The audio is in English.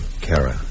Kara